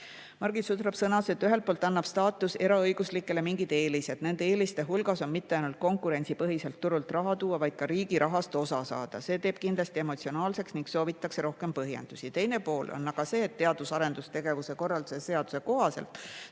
Margit Sutrop sõnas, et ühelt poolt annab see staatus eraõiguslikele [tegijatele] mingid eelised. Nende eeliste hulgas on mitte ainult konkurentsipõhiselt turult raha tuua, vaid ka riigi rahast osa saada. See teeb kindlasti emotsionaalseks ning soovitakse rohkem põhjendusi. Teine pool on aga see, et teadus- ja arendustegevuse korralduse seaduse kohaselt